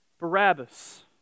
Barabbas